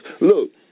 Look